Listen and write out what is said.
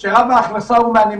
זה משהו שהוא ארוך